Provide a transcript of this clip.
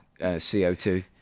CO2